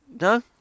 No